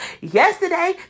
Yesterday